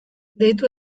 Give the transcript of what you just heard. deitu